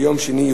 ביום שני,